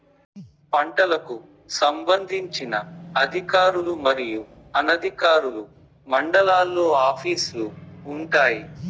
పంటలకు సంబంధించిన అధికారులు మరియు అనధికారులు మండలాల్లో ఆఫీస్ లు వుంటాయి?